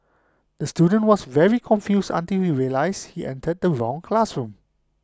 the student was very confused until we realised he entered the wrong classroom